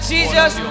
Jesus